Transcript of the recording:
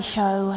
Show